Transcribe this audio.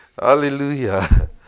Hallelujah